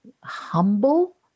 humble